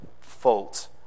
fault